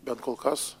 bet kol kas